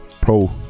Pro